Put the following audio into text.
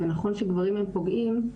ונכון שגברים הם פוגעים,